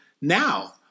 Now